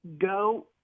go